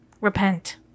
repent